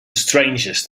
strangest